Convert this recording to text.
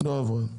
לא עברה.